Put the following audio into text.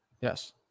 Yes